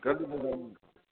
கண்டிப்பாக சார்